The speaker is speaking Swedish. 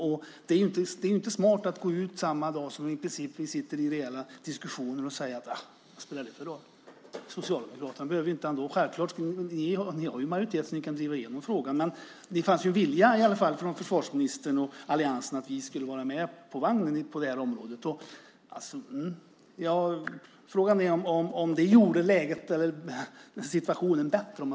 Och det var inte smart att gå ut i princip samma dag som ni satt i reella diskussioner och säga: Vad spelar det för roll? Vi behöver ändå inte Socialdemokraterna. Ni har majoritet så att ni kan driva igenom frågan. Men det fanns i alla fall en vilja från försvarsministern och alliansen att vi skulle vara med på vagnen på detta område. Frågan är om detta gjorde läget eller situationen bättre.